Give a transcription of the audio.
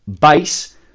base